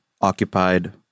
occupied